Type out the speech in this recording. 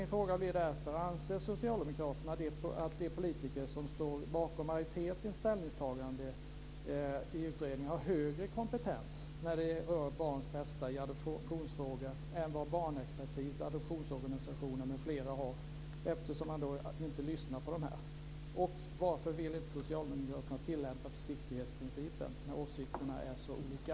Min fråga blir därför: Anser socialdemokraterna att de politiker som står bakom majoritetens ställningstagande i utredningen har högre kompetens när det rör barns bästa i adoptionsfrågor än vad barnexpertis, adoptionsorganisationer m.fl. har, eftersom man inte lyssnar på dem? Och varför vill inte socialdemokraterna tillämpa försiktighetsprincipen när åsikterna är så olika?